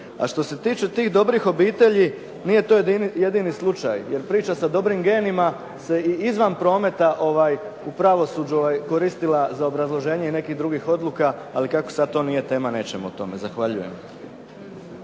A što se tiče tih dobrih obitelji, nije to jedini slučaj. Jer priča o dobrim genima se i izvan prometa u pravosuđu koristila za obrazloženje nekih drugih odluka, ali kako sad to nije tema, nećemo o tome. Zahvaljujem.